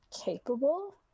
capable